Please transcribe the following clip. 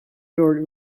your